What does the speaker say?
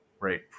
right